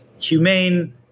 humane